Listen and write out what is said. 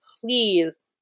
please